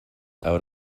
out